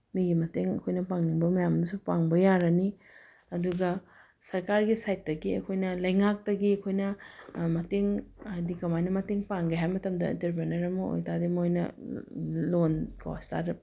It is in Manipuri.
ꯃꯤꯒꯤ ꯃꯇꯦꯡ ꯑꯩꯈꯣꯏꯅ ꯄꯥꯡꯅꯤꯡꯕ ꯃꯌꯥꯝꯗꯨꯁꯨ ꯄꯥꯡꯕ ꯌꯥꯔꯅꯤ ꯑꯗꯨꯒ ꯁꯔꯀꯥꯔꯒꯤ ꯁꯥꯏꯠꯇꯒꯤ ꯑꯩꯈꯣꯏꯅ ꯂꯩꯉꯥꯛꯇꯒꯤ ꯑꯩꯈꯣꯏꯅ ꯃꯇꯦꯡ ꯍꯥꯏꯗꯤ ꯀꯃꯥꯏꯅ ꯃꯇꯦꯡ ꯄꯥꯡꯒꯦ ꯍꯥꯏꯕ ꯃꯇꯝꯗ ꯑꯦꯟꯇꯔꯄ꯭ꯔꯦꯅꯔ ꯑꯃ ꯑꯣꯏ ꯇꯥꯔꯗꯤ ꯃꯣꯏꯅ ꯂꯣꯟ ꯀꯣ ꯏꯁꯇꯥꯔꯠ ꯑꯞ